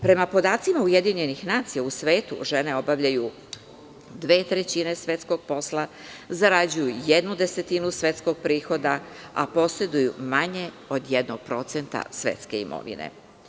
Prema podacima UN, u svetu žene obavljaju dve trećine svetskog posla, zarađuju jednu desetinu svetskog prihoda, a poseduju manje od jednog procenta svetske imovine.